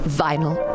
vinyl